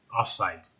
Offside